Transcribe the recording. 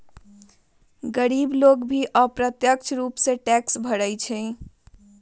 गरीब लोग भी अप्रत्यक्ष रूप से टैक्स भरा हई